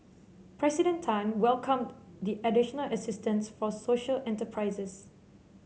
President Tan welcomed the additional assistance for social enterprises